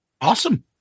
awesome